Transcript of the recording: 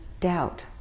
doubt